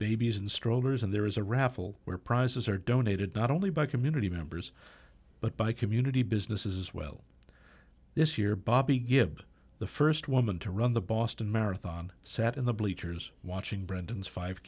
strollers and there is a raffle where prizes are donated not only by community members but by community business as well this year bobby gives the first woman to run the boston marathon sat in the bleachers watching brandon's five